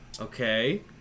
Okay